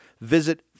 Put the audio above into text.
Visit